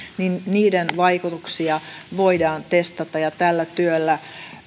vaikutuksia voidaan testata ja tällä työllä